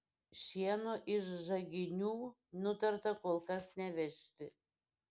šieno iš žaginių nutarta kol kas nevežti